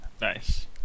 Nice